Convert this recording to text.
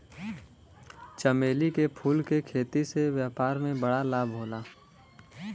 चमेली के फूल के खेती से व्यापार में बड़ा लाभ होला